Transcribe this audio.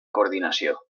coordinació